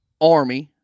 Army